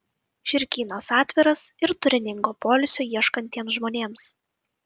žirgynas atviras ir turiningo poilsio ieškantiems žmonėms